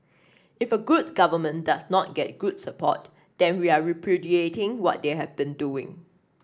if a good government does not get good support then we are repudiating what they have been doing